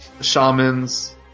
shamans